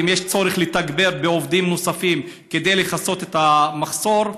אם יש צורך לתגבר בעובדים נוספים כדי לכסות את המחסור,